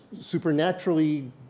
supernaturally